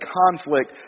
conflict